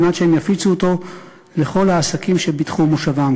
כדי שהן יפיצו אותו לכל העסקים שבתחום מושבן.